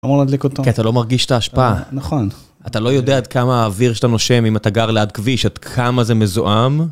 אמור להדליק אותו כי אתה לא מרגיש את ההשפעה, אתה לא יודע עד כמה האוויר שאתה נושם אם אתה גר ליד כביש, עד כמה זה מזוהם